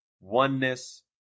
oneness